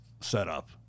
setup